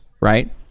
right